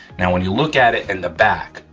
now, when you look at it in the back,